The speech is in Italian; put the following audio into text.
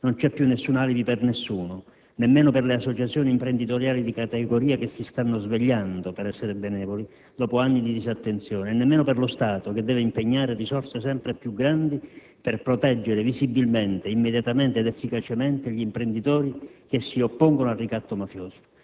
non c'è più alcun alibi per nessuno, nemmeno per le associazioni imprenditoriali di categoria che si stanno svegliando - per essere benevoli - dopo anni di disattenzione e nemmeno per lo Stato, che deve impegnare risorse sempre più grandi per proteggere visibilmente, immediatamente ed efficacemente gli imprenditori che si oppongono al ricatto mafioso.